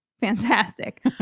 fantastic